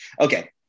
Okay